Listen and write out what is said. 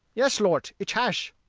yes, lort, ich hash.